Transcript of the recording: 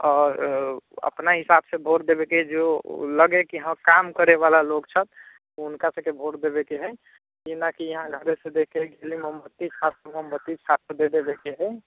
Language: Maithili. आओर अपना हिसाबसँ वोट देबै कि जँ लगै कि हँ काम करैवला लोक छथि हुनका सभके वोट देबैके हइ ई नहि कि यहाँ अन्दाजेसँ देखिकऽ कि मोमबत्ती छाप है तऽ मोमबत्ती छापके दऽ देबैके हइ